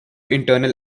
internal